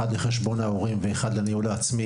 אחד לחשבון ההורים ואחד לניהול העצמי